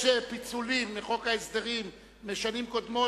יש פיצולים מחוק ההסדרים משנים קודמות.